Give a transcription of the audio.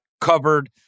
covered